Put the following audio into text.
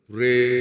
Pray